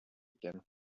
again